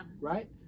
Right